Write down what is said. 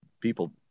people